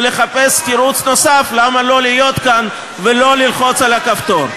ולחפש תירוץ נוסף למה לא להיות כאן ולא ללחוץ על הכפתור.